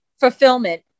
fulfillment